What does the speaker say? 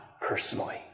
personally